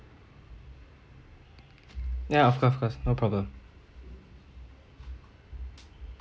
ya of course of course no problem